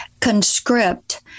conscript